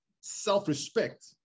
self-respect